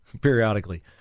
periodically